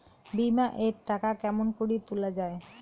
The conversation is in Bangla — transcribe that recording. বিমা এর টাকা কেমন করি তুলা য়ায়?